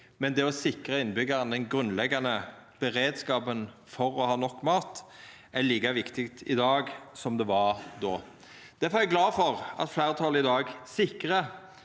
men det å sikra innbyggjarane ein grunnleggjande beredskap for å ha nok mat er like viktig i dag som det var då. Difor er eg glad for at fleirtalet i dag sikrar